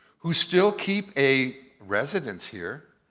who still keep a residence here,